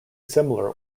similar